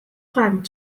fragen